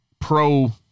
pro-